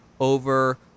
over